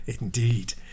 indeed